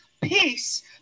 Peace